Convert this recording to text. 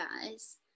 guys